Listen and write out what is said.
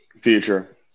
Future